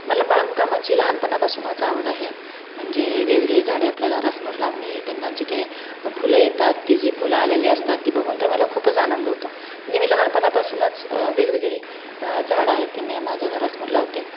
मला बागकामाची लहानपणापासूनच आवड आहे म्हणजे वेगवेगळे झाडे आपल्या घरासमोर लावणे त्यांना जी काय फुलं येतात ती जी फुलं आलेली असतात ती बघून तर मला खूपच आनंद होतो म्हणजे मी लहानपणापासूनच वेगवेगळी झाडं आहे ती मी माझ्या घरासमोर लावते